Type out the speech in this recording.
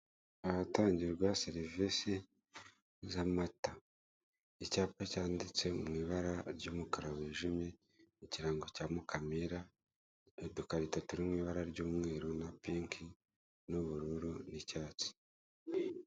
Ahatangirwa serivise z'amata icyapa cyanditse mu ibara ry'umukara wijimye ikirango cya Mukamira udukarito turi mu ibara ry'umweru na pinki, n'ubururu n'icyatsi.